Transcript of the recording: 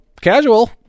casual